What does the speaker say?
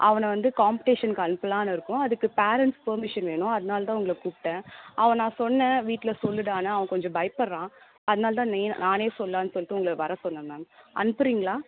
அவனை வந்து காம்படிஷனுக்கு அனுப்பலாம்னு இருக்கோம் அதுக்கு பேரெண்ட்ஸ் பெர்மிஷன் வேணும் அதனாலதான் உங்களை கூப்பிட்டேன் அவன் நான் சொன்னேன் வீட்டில் சொல்லுடான்னு அவன் கொஞ்சம் பயப்படறான் அதனாலதான் நே நானே சொல்லாம்னு சொல்ட்டு உங்கள வர சொன்னேன் மேம் அனுப்புகிறிங்களா